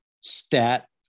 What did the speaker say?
stat